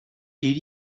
did